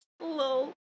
Hello